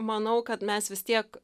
manau kad mes vis tiek